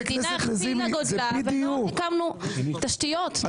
המדינה הכפילה גודלה ולא הקמנו תשתיות.